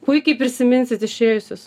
puikiai prisiminsit išėjusius